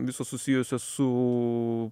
visos susijusios su